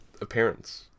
appearance